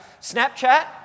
Snapchat